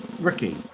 Ricky